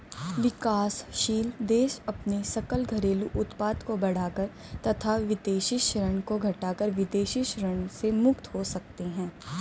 विकासशील देश अपने सकल घरेलू उत्पाद को बढ़ाकर तथा विदेशी ऋण को घटाकर विदेशी ऋण से मुक्त हो सकते हैं